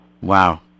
Wow